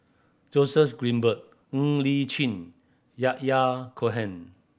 Joseph Grimberg Ng Li Chin Yahya Cohen